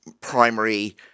primary